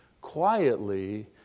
quietly